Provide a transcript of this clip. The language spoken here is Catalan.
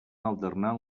alternant